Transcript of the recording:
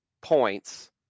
points